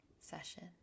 session